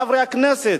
חברי הכנסת,